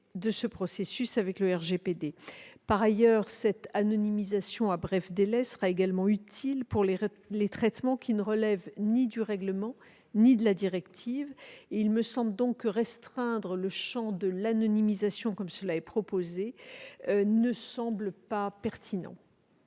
de ce processus avec le RGPD. En outre, cette anonymisation à bref délai sera également utile pour les traitements qui ne relèvent ni du règlement ni de la directive. Il ne semble donc pas pertinent de restreindre le champ de l'anonymisation, comme cela est proposé. La parole est